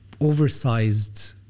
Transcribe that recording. oversized